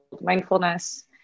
Mindfulness